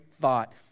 thought